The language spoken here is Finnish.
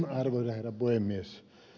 arvoisa herra puhemies